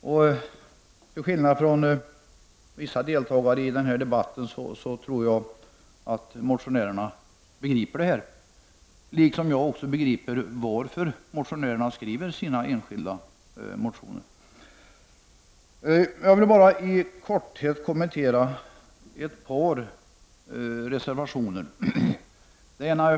Till skillnad från vissa deltagare i denna debatt tror jag att motionärerna begriper detta, på samma sätt som jag begriper varför motionärerna väcker sina enskilda motioner. Jag vill i korthet kommentera ett par reservationer.